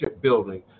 building